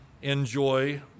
enjoy